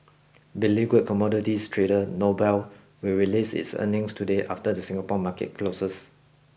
beleaguered commodities trader Noble will release its earnings today after the Singapore market closes